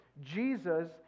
Jesus